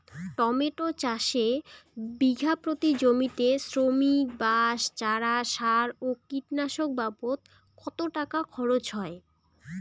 Tomato চাষে বিঘা প্রতি জমিতে শ্রমিক, বাঁশ, চারা, সার ও কীটনাশক বাবদ কত টাকা খরচ হয়?